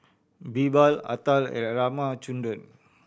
Birbal Atal and Ramchundra